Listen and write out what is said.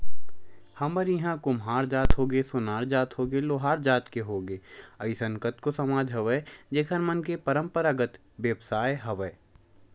हमर इहाँ के कुम्हार जात होगे, सोनार जात होगे, लोहार जात के होगे अइसन कतको समाज हवय जेखर मन के पंरापरागत बेवसाय हवय